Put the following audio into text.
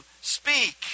speak